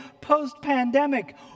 post-pandemic